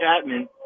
Chapman